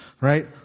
right